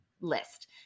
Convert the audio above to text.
list